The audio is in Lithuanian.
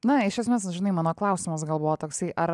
na iš esmės žinai mano klausimas gal buvo toksai ar